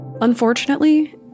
Unfortunately